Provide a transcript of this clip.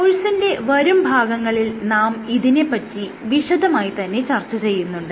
കോഴ്സിന്റെ വരും ഭാഗങ്ങളിൽ നാം ഇതിനെ പറ്റി വിശദമായി തന്നെ ചർച്ച ചെയ്യുന്നുണ്ട്